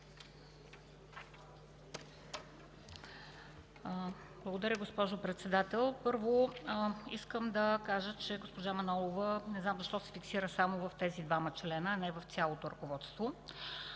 Благодаря, госпожо Председател. Първо, искам да кажа, че госпожа Манолова не знам защо фиксира само тези двама члена, а не цялото ръководство.